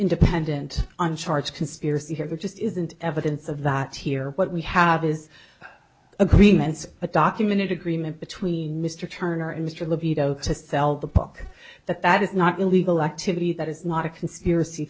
independent on charge of conspiracy here there just isn't evidence of that here what we have is agreements a documented agreement between mr turner and mr libido to sell the book that that is not illegal activity that is not a conspiracy